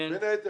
בין היתר